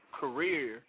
career